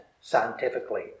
scientifically